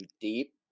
deep